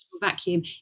vacuum